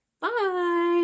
Bye